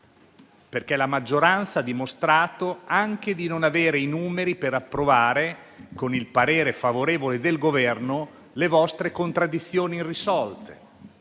perché la maggioranza ha dimostrato anche di non avere i numeri per approvare, con il parere favorevole del Governo, le vostre contraddizioni irrisolte.